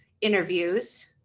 interviews